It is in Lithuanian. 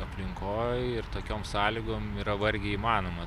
aplinkoj ir tokiom sąlygom yra vargiai įmanoma